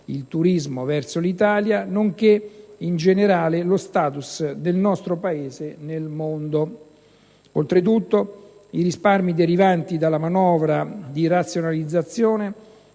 il turismo verso l'Italia, nonché in generale lo *status* del nostro Paese nel mondo. Oltretutto, i risparmi derivanti dalla manovra di razionalizzazione